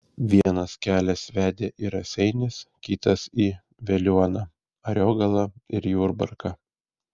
vienas kelias vedė į raseinius kitas į veliuoną ariogalą ir jurbarką